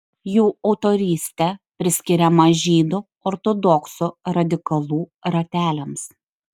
jų autorystė priskiriama žydų ortodoksų radikalų rateliams